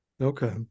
Okay